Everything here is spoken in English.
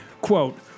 Quote